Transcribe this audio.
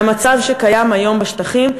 והמצב שקיים היום בשטחים,